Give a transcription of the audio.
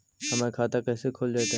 हमर खाता कैसे खुल जोताई?